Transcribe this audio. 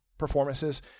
performances